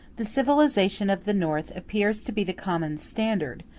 the civilization of the north appears to be the common standard,